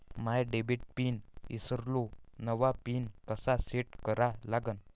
माया debit PIN ईसरलो, नवा PIN कसा सेट करा लागन?